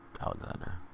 Alexander